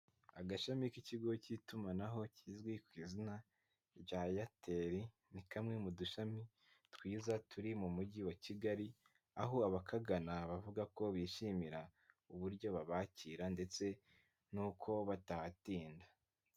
Agashami k'ikigo cy'itumanaho kizwi ku izina rya Eyateri ni kamwe mu dushami twiza turi mu mujyi wa Kigali, aho abakagana bavuga ko bishimira uburyo babakira ndetse n'uko batahatinda.